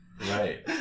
Right